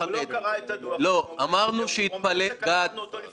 לי לפחות יש תחושה שהאמירה שהדברים נכתבו